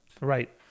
Right